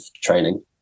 training